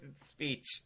speech